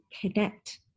connect